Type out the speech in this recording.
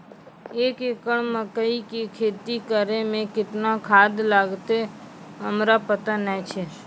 एक एकरऽ मकई के खेती करै मे केतना खाद लागतै हमरा पता नैय छै?